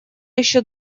еще